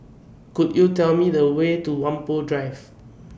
Could YOU Tell Me The Way to Whampoa Drive